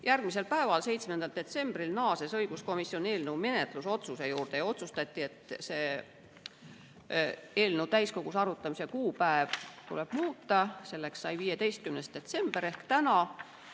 Järgmisel päeval, 7. detsembril naasis õiguskomisjon eelnõu menetlusotsuste juurde. Otsustati, et eelnõu täiskogus arutamise kuupäeva tuleb muuta – selleks sai 15. detsember ehk täna